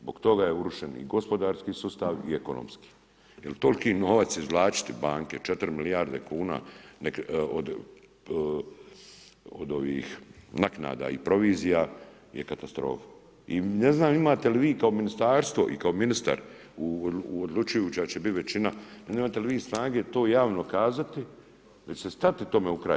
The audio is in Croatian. Zbog toga je urušen i gospodarski sustav i ekonomski jer tolki novac izvlačiti banke 4 milijarde kuna od ovih naknada i provizija je katastrofa i ne znam imate li vi i kao ministarstvo i kao ministar odlučujući hoće li bit većina, imate li vi snage to javno kazati da ćete stati tome na kraj?